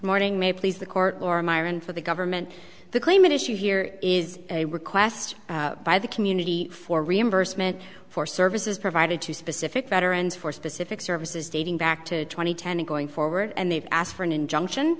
morning may please the court or myron for the government the claimant issue here is a request by the community for reimbursement for services provided to specific veterans for specific services dating back to two thousand and ten and going forward and they've asked for an injunction